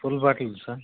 full bottle sir